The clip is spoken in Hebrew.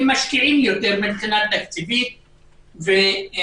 אם משקיעים יותר מבחינה תקציבית ופורסים